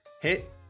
hit